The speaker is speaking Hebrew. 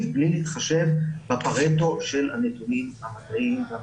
בלי להתחשב בפארטו של הנתונים המדעיים והמחקריים.